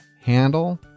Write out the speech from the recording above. handle